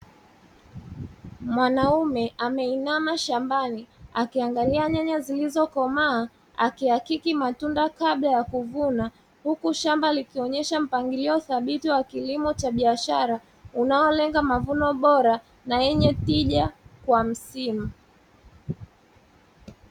Mwanaume ameinama shambani akiangalia nyanya zilizokomaa akihakiki matunda kabla ya kuvuna, huku shamba likionyesha mpangilio thabiti wa kilimo cha biashara, unaolenga mavuno bora na yenye tija kwa msimu.